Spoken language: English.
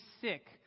sick